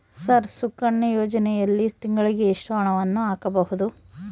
Sir Sukanya ಯೋಜನೆಯಲ್ಲಿ ತಿಂಗಳಿಗೆ ಎಷ್ಟು ಹಣವನ್ನು ಹಾಕಬಹುದು?